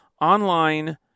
online